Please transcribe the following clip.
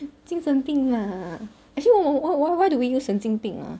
精神病 lah actually why why why why why do we use 神经病 ah